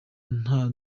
nta